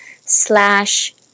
slash